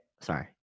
sorry